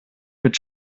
mit